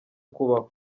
kubaho